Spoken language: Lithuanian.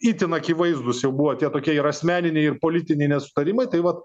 itin akivaizdūs jau buvo tie tokie ir asmeniniai ir politiniai nesutarimai tai vat